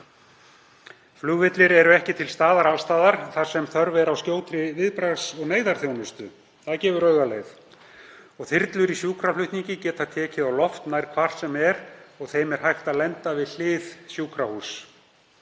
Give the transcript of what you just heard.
Flugvellir eru ekki til staðar alls staðar þar sem þörf er á skjótri viðbragðs- og neyðarþjónustu, það gefur augaleið. Þyrlur í sjúkraflutningi geta tekið á loft nær hvar sem er og þeim er hægt að lenda við hlið sjúkrahúss.